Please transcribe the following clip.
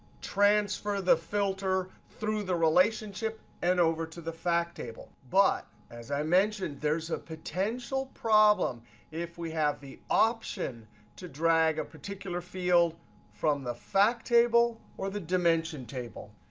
transfer the filter through the relationship and over to the fact table. but as i mentioned, there's a potential problem if we have the option to drag a particular field from the fact table or the dimension table.